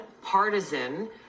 partisan